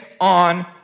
on